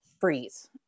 freeze